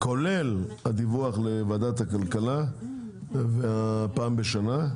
כולל הדיווח לוועדת הכלכלה פעם בשנה,